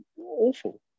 awful